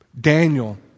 Daniel